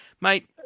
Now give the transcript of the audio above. Mate